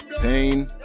Pain